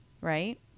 Right